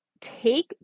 take